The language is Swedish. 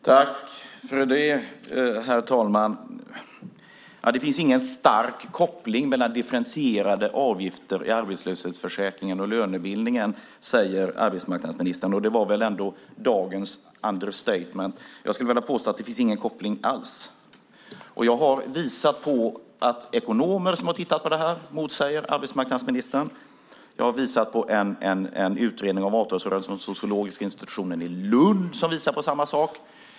Herr talman! Det finns ingen stark koppling mellan differentierade avgifter i arbetslöshetsförsäkringen och lönebildningen, säger arbetsmarknadsministern. Det torde vara dagens understatement. Jag skulle vilja påstå att det inte finns någon koppling alls. Jag har visat på att ekonomer som tittat på frågan motsäger arbetsmarknadsministern. Jag har visat på att en utredning om avtalsrörelsen från sociologiska institutionen i Lund visar samma sak.